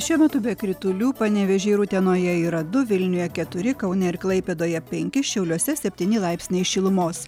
šiuo metu be kritulių panevėžyje ir utenoje yra du vilniuje keturi kaune ir klaipėdoje penki šiauliuose septyni laipsniai šilumos